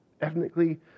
ethnically